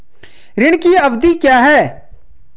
ऋण की अवधि क्या है?